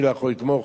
אני לא יכול לתמוך,